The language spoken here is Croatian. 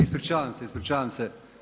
Ispričavam se, ispričavam se.